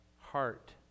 heart